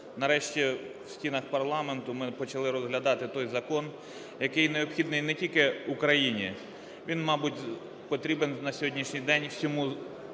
Нарешті в стінах парламенту ми почали розглядати той закон, який необхідний не тільки Україні, він, мабуть, потрібен на сьогоднішній день всьому західному